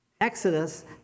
exodus